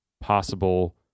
possible